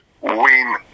win